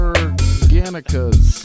Organica's